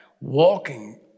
walking